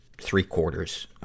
three-quarters